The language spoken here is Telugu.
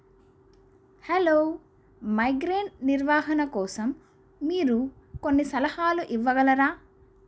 హలో మైగ్రేన్ నిర్వాహణ కోసం మీరు కొన్ని సలహాలు ఇవ్వగలరా